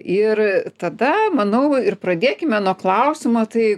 ir tada manau ir pradėkime nuo klausimo tai